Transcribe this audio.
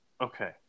Okay